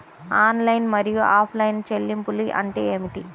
Online మరియు offline చెల్లింపులు అంటే ఏమిటి?